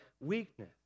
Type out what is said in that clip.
weakness